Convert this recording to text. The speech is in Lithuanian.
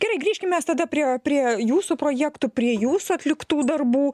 gerai grįžkim mes tada prie prie jūsų projektų prie jūsų atliktų darbų